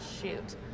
shoot